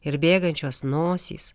ir bėgančios nosys